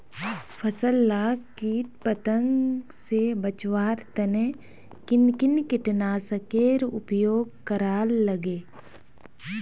फसल लाक किट पतंग से बचवार तने किन किन कीटनाशकेर उपयोग करवार लगे?